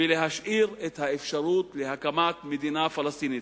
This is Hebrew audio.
ולהשאיר את האפשרות להקמת מדינה פלסטינית.